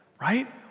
right